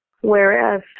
Whereas